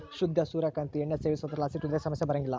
ಶುದ್ಧ ಸೂರ್ಯ ಕಾಂತಿ ಎಣ್ಣೆ ಸೇವಿಸೋದ್ರಲಾಸಿ ಹೃದಯ ಸಮಸ್ಯೆ ಬರಂಗಿಲ್ಲ